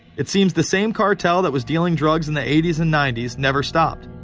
it seems the same cartel that was dealing drugs in the eighties and nineties never stopped.